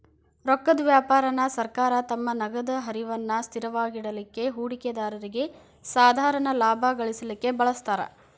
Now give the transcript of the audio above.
ರೊಕ್ಕದ್ ವ್ಯಾಪಾರಾನ ಸರ್ಕಾರ ತಮ್ಮ ನಗದ ಹರಿವನ್ನ ಸ್ಥಿರವಾಗಿಡಲಿಕ್ಕೆ, ಹೂಡಿಕೆದಾರ್ರಿಗೆ ಸಾಧಾರಣ ಲಾಭಾ ಗಳಿಸಲಿಕ್ಕೆ ಬಳಸ್ತಾರ್